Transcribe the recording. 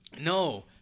No